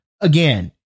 again